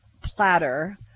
platter